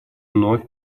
вновь